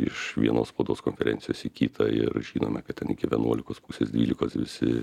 iš vienos spaudos konferencijos į kitą ir žinome kad ten iki vienuolikos pusės dvylikos visi